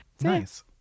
Nice